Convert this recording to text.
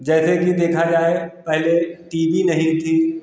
जैसे कि देखा जाए पहले टी वी नहीं थी